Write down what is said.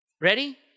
Ready